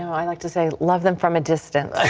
i like to say love them from a distance.